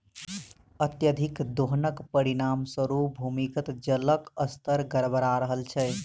अत्यधिक दोहनक परिणाम स्वरूप भूमिगत जलक स्तर गड़बड़ा रहल छै